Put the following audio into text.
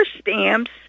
stamps